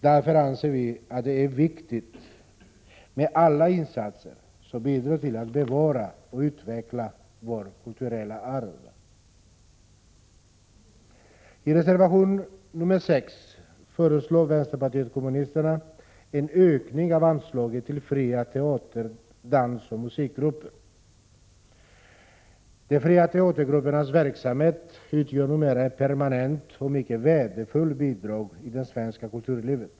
Därför anser vi att det är viktigt med alla insatser som bidrar till att bevara och utveckla vårt kulturella arv. I reservation nr 6 föreslår vänsterpartiet kommunisterna en ökning av anslaget till fria teater-, dansoch musikgrupper. De fria teatergruppernas verksamhet utgör numera ett permanent och mycket värdefullt bidrag i det svenska kulturlivet.